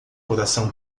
coração